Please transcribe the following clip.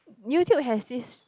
YouTube has this